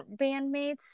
bandmates